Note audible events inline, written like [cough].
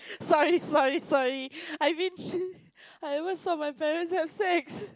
sorry sorry sorry [breath] I've been I ever saw my parents have sex